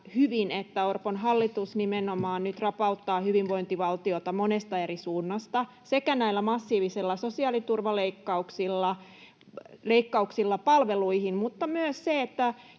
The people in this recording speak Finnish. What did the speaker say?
että Orpon hallitus nyt nimenomaan rapauttaa hyvinvointivaltiota monesta eri suunnasta sekä näillä massiivisilla sosiaaliturvaleikkauksilla, leikkauksilla palveluihin, että myös sillä, että